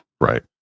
Right